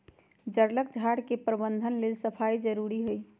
जङगल झार के प्रबंधन लेल सफाई जारुरी हइ